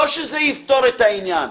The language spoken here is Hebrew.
לא שזה יפתור את העניין,